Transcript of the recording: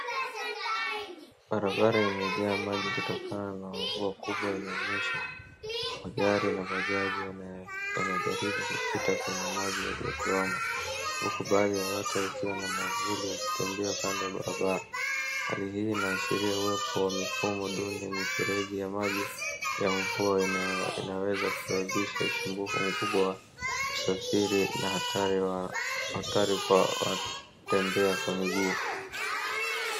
Barabara imejaa maji kutokana na mvua kubwa inayonyesha. Magari na bajaji yanajaribu kupita kwenye maji yaliyotuama, huku baadhi ya watu wakiwa na mwavuli wakitembea kando ya barabara. Hali hii inaashiria wamefunga mifereji ya maji ya mvua inaweza kusababisha usumbufu mkubwa wa usafiri na hatari kwa wanaotembea kwa miguu.